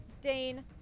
Dane